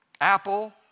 Apple